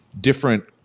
different